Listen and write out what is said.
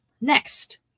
Next